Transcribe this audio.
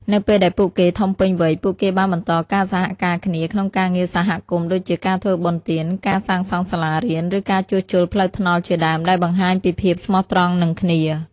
នៅពេលដែលពួកគេធំពេញវ័យ ពួកគេបានបន្តការសហការគ្នាក្នុងការងារសហគមន៍ដូចជាការធ្វើបុណ្យទាន ការសាងសង់សាលារៀន ឬការជួសជុលផ្លូវថ្នល់ជាដើម ដែលបង្ហាញពីភាពស្មោះត្រង់នឹងគ្នា។